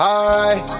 Alright